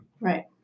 Right